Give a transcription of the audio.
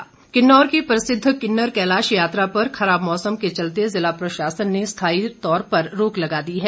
किन्नर कैलाश किन्नौर की प्रसिद्ध किन्नर कैलाश यात्रा पर खराब मौसम के चलते जिला प्रशासन ने स्थाई तौर पर रोक लगा दी है